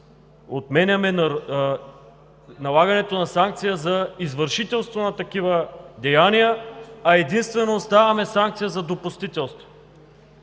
отменяме налагането на санкция за извършителство на такива деяния, а единствено оставаме санкция за допустителство.